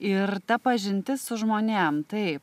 ir ta pažintis su žmonėm taip